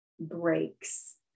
breaks